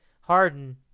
Harden